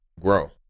grow